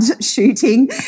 shooting